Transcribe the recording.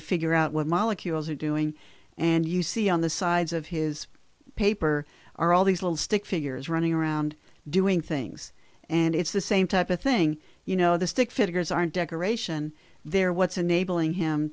to figure out what molecules are doing and you see on the sides of his paper are all these little stick figures running around doing things and it's the same type of thing you know the stick figures aren't decoration they're what's